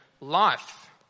life